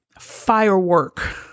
firework